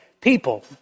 people